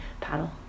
paddle